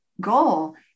goal